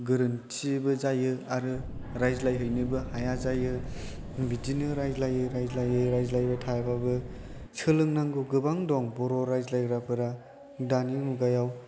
गोरोन्थिबो जायो आरो रायज्लायहैनोबो हाया जायो बिदिनो रायज्लायै रायज्लायै रायज्लायबाय थाबाबो सोलोंनांगौ गोबां दं बर' रायज्लायग्राफोरा दानि मुगायाव